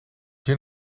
gin